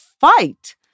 fight